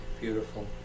beautiful